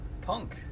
Punk